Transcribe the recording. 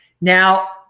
Now